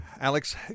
Alex